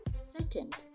Second